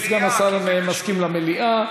אם סגן השר מסכים למליאה,